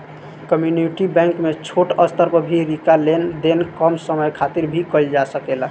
community bank में छोट स्तर पर भी रिंका लेन देन कम समय खातिर भी कईल जा सकेला